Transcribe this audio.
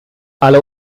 alle